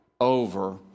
over